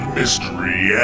mystery